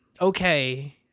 okay